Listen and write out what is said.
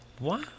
Wow